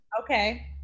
Okay